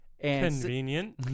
Convenient